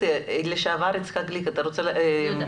ח"כ לשעבר יהודה גליק אתה רוצה להגיב?